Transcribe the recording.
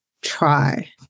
try